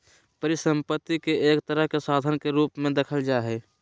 परिसम्पत्ति के एक तरह से साधन के रूप मे देखल जा हय